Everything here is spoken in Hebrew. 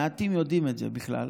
מעטים יודעים את זה בכלל: